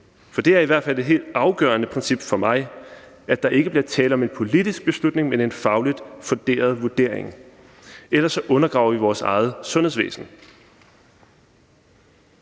for det er i hvert fald et helt afgørende princip for mig, at der ikke bliver tale om en politisk beslutning, men en fagligt funderet vurdering, ellers undergraver vi vores eget sundhedsvæsen.